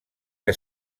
que